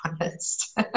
honest